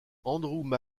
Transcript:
andrew